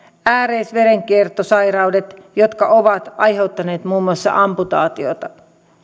ääreisverenkiertosairaudet jotka ovat aiheuttaneet muun muassa amputaatioita